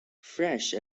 fresh